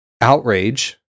outrage